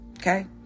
okay